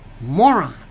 moron